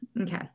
okay